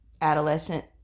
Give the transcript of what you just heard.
adolescent